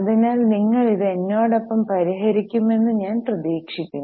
അതിനാൽ നിങ്ങൾ ഇത് എന്നോടൊപ്പം പരിഹരിക്കുമെന്ന് ഞാൻ പ്രതീക്ഷിക്കുന്നു